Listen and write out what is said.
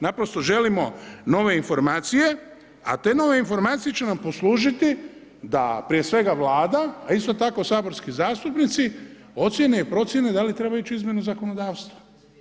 Naprosto želimo nove informacije, a te nove informacije će nam poslužiti da, prije svega Vlada, a isto tako saborski zastupnici ocijene i procijene da li treba ići u izmjenu zakonodavstva.